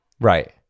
Right